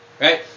Right